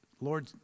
Lord